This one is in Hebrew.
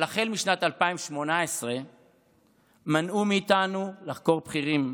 אבל החל משנת 2018 מנעו מאיתנו לחקור בכירים,